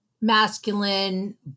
masculine